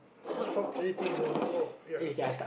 what top three things in my oh ya